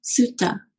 Sutta